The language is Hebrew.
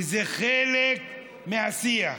וזה חלק מהשיח.